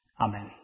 Amen